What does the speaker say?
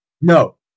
No